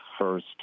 first